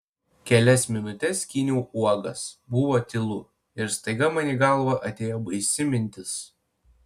kelias minutes skyniau uogas buvo tylu ir staiga man į galvą atėjo baisi mintis